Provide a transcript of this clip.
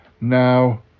now